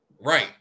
right